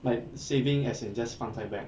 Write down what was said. like saving as in just 放在 bank ah